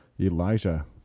Elijah